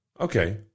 Okay